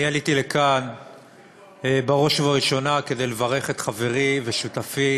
אני עליתי לכאן בראש ובראשונה כדי לברך את חברי ושותפי